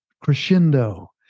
crescendo